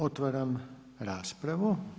Otvaram raspravu.